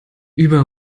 über